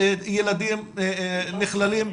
השלטון המוניציפאלי המקומי יודע בדיוק מי הם ואנחנו צריכים